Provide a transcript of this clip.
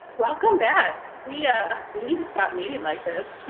welcome back. we ah we need to stop meeting like this!